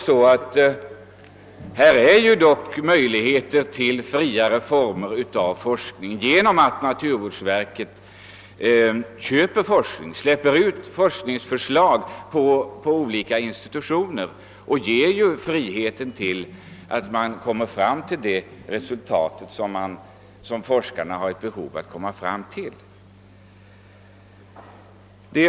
Det finns dock möjligheter till friare former av forskning genom att naturvårdsverket köper forsk ning, d.v.s. släpper ut forskningsförslag till olika institutioner och ger forskarna frihet att själva åstadkomma resultat.